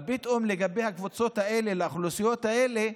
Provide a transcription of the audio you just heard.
אבל פתאום לגבי הקבוצות האלה, לאוכלוסיות האלה,